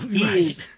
Right